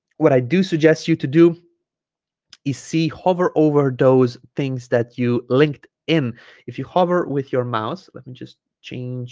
what i do suggest you to do is see hover over those things that you linked in if you hover with your mouse let me just change